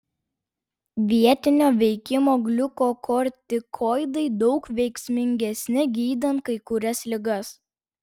vietinio veikimo gliukokortikoidai daug veiksmingesni gydant kai kurias ligas